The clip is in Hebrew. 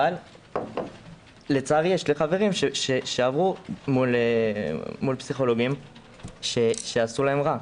אבל לצערי יש לי חברים שעברו טיפול פסיכולוגי שעשה להם רע.